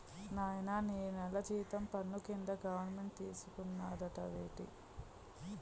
నాయనా నీ నెల జీతం పన్ను కింద గవరమెంటు తీసుకున్నాదన్నావేటి